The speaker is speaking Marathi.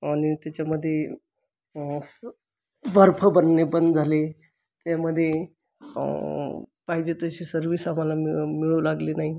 आणि त्याच्यामध्ये आसं बर्फ बनणे बंद झाले त्यामध्ये पाहिजे तशी सर्विस आम्हाला मिळू लागली नाही